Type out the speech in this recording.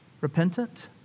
repentant